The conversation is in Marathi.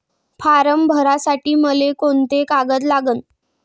फारम भरासाठी मले कोंते कागद लागन?